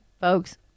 folks